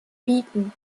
bieten